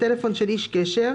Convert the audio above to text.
וטלפון של איש קשר,